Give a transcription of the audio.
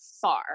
far